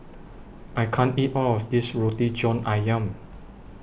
I can't eat All of This Roti John Ayam